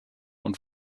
und